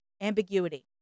ambiguity